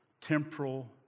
temporal